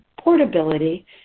portability